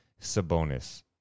Sabonis